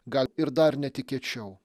gal ir dar netikėčiau